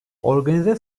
organize